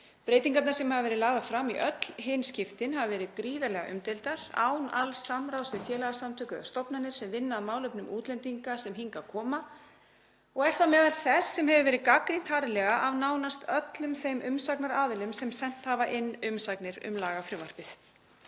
Breytingarnar sem hafa verið lagðar fram í öll hin skiptin hafa verið gríðarlega umdeildar, án alls samráðs við félagasamtök eða stofnanir sem vinna að málefnum útlendinga sem hingað koma og er það meðal þess sem hefur verið gagnrýnt harðlega af nánast öllum þeim aðilum sem sent hafa inn umsagnir um lagafrumvarpið.